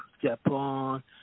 Japan